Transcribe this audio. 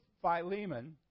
Philemon